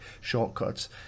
shortcuts